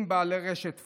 עם בעלי רשת פוקס,